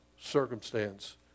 circumstance